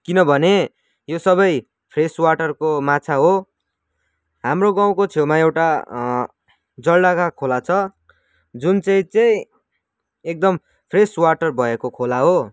किनभने यो सबै फ्रेस वाटरको माछा हो हाम्रो गाउँको छेउमा एउटा जलढका खोला छ जुन चाहिँ चाहिँ एकदम फ्रेस वाटर भएको खोला हो